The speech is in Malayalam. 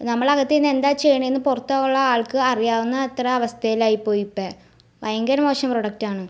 നമ്മളകത്തിരുന്ന് എന്താ ചെയ്യണമെന്ന് എന്ന് പുറത്തുള്ള ആൾക്ക് അറിയാവുന്ന അത്ര അവസ്ഥയിലായിപ്പോയി ഇപ്പം ഭയങ്കര മോശം പ്രോഡക്റ്റാണ്